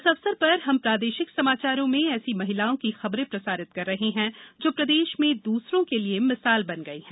इस अवसर पर हम प्रादेशिक समाचारों में ऐसी महिलाओं की खबरें प्रसारित कर रहे हैं जो प्रदेश में दूसरों के लिए मिसाल बन गई हैं